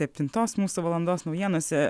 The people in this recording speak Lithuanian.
septintos mūsų valandos naujienose